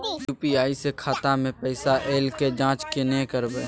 UPI स खाता मे पैसा ऐल के जाँच केने करबै?